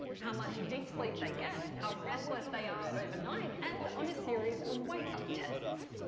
how much deep sleep they get, how restless they are overnight, and on a series of wake-up tests.